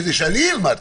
כדי שאני אלמד,